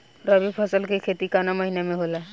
रवि फसल के खेती कवना महीना में होला?